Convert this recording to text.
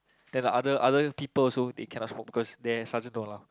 then like other other people also they cannot smoke because their sergeant don't allow